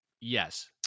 Yes